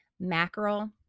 mackerel